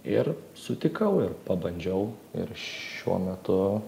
ir sutikau ir pabandžiau ir šiuo metu